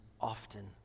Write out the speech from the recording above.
often